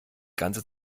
ganze